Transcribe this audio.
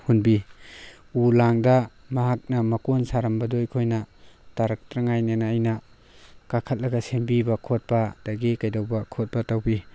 ꯍꯨꯟꯕꯤ ꯎ ꯂꯥꯡꯗ ꯃꯍꯥꯛꯅ ꯃꯀꯣꯟ ꯁꯥꯔꯝꯕꯗꯣ ꯑꯩꯈꯣꯏꯅ ꯇꯥꯔꯛꯇ꯭ꯔꯉꯥꯏꯅꯦꯅ ꯑꯩꯅ ꯀꯥꯈꯠꯂꯒ ꯁꯦꯝꯕꯤꯕ ꯈꯣꯠꯄ ꯑꯗꯒꯤ ꯀꯩꯗꯧꯕ ꯈꯣꯠꯄ ꯇꯧꯕꯤ